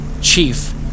Chief